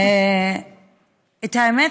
האמת,